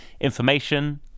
information